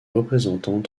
représentants